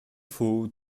faux